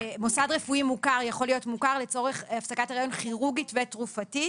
מוסד רפואי מוכר יכול להיות מוכר לצורך הפסקת היריון כירורגית ותרופתית.